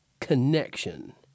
Connection